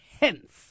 hence